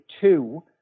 two